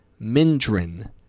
Mindrin